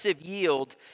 yield